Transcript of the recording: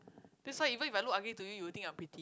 that's why even if I look ugly to you you'll think I'm pretty